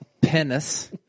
Penis